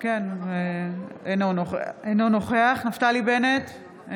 אינו נוכח נפתלי בנט,